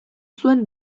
zuen